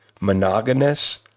monogamous